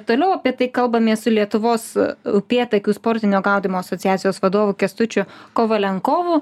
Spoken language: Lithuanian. toliau apie tai kalbamės su lietuvos upėtakių sportinio gaudymo asociacijos vadovu kęstučiu kovalenkovu